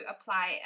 apply